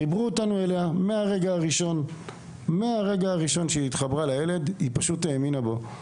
חיברו אותנו אליה ומהרגע הראשון שהיא התחברה לילד היא פשוט האמינה בו.